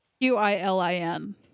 Q-I-L-I-N